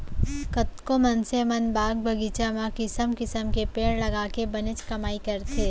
कतको मनसे मन बाग बगीचा म किसम किसम के पेड़ लगाके बनेच कमाई करथे